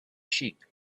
sheep